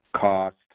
cost